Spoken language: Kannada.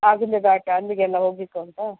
ಆಗುಂಬೆ ಘಾಟ ಅಲ್ಲಿಗೆಲ್ಲಹೋಗಲಿಕ್ಕುಂಟಾ